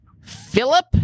Philip